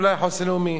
אולי חוסן לאומי.